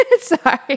sorry